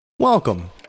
Welcome